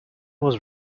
was